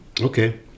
Okay